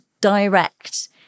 direct